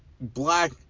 black